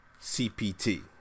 CPT